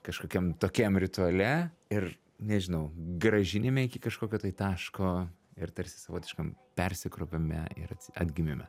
kažkokiam tokiam rituale ir nežinau grąžinime iki kažkokio tai taško ir tarsi savotiškam persikrovime ir atgimime